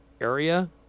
area